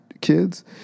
kids